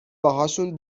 باهاشون